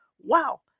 Wow